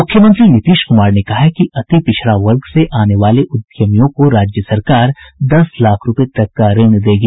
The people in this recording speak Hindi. मुख्यमंत्री नीतीश कुमार ने कहा है कि अति पिछड़ा वर्ग से आने वाले उद्यमियों को राज्य सरकार दस लाख रुपए तक का ऋण देगी